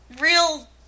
real